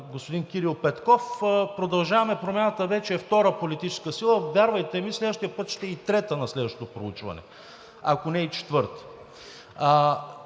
господин Кирил Петков „Продължаваме Промяната“ вече е втора политическа сила. Вярвайте ми, следващия път ще е и трета – на следващото проучване, ако не и четвърта.